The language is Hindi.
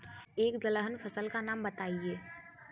एक दलहन फसल का नाम बताइये